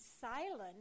silent